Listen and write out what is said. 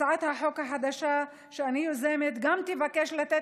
הצעת החוק החדשה שאני יוזמת גם תבקש לתת